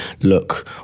look